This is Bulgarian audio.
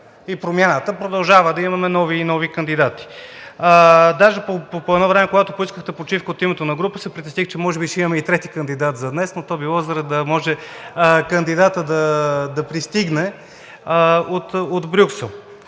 и промяната е, че продължава да има нови и нови кандидати. Даже по едно време, когато поискахте почивка от името на група, се притесних, че може би ще имаме и трети кандидат за днес, но то е било, за да може кандидатът да пристигне от Брюксел.